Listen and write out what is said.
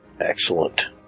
Excellent